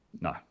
No